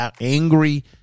angry